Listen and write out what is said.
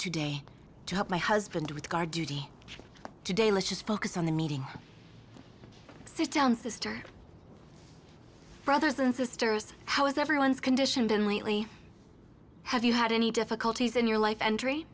help my husband with guard duty today let's just focus on the meeting sit down sister brothers and sisters how is everyone's condition been lately have you had any difficulties in your life